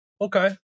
Okay